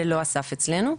זה לא הסף אצלנו.